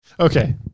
Okay